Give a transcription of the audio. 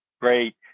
Great